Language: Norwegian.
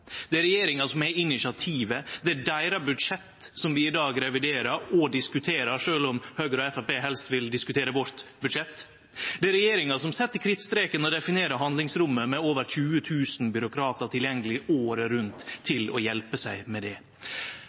Det er regjeringa som har initiativet. Det er deira budsjett vi i dag reviderer og diskuterer, sjølv om Høgre og Framstegspartiet helst vil diskutere vårt budsjett. Det er regjeringa som set kritstreken og definerer handlingsrommet med over 20 000 byråkratar tilgjengelege året rundt til å hjelpe seg med det.